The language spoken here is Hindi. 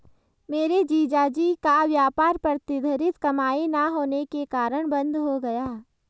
मेरे जीजा जी का व्यापार प्रतिधरित कमाई ना होने के कारण बंद हो गया